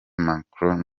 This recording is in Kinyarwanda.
macron